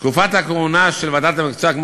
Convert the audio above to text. תקופת הכהונה של ועדת המקצוע באזרחות,